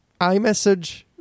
iMessage